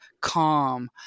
calm